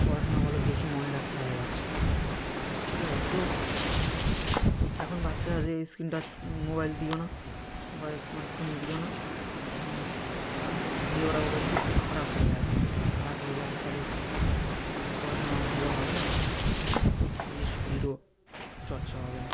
পড়াশোনা ভালো বেশি মনে রাখতে পারে বাচ্চারা ঠিক আছে তো এখন বাচ্চার হাতে স্ক্রিন টাচ মোবাইল দিও না বা স্মার্টফোন দিও না কারণ দিলে ওরা অতিরিক্ত খারাপ হয়ে যাবে খারাপ হয়ে যাওয়ার ফলে তো পড়াশোনাও ভালো হবে না নিজের শরীরও চর্চা হবে না